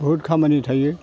बहुद खामानि थायो